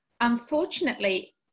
Unfortunately